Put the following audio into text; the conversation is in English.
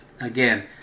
Again